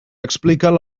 expliquen